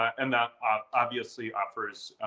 and that ah obviously offers